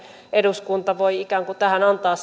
eduskunta voi ikään kuin antaa